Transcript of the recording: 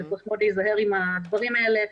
וצריך מאוד להיזהר עם הדברים האלה.